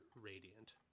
radiant